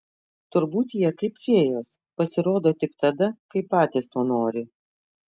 turbūt jie kaip fėjos pasirodo tik tada kai patys to nori